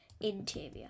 interior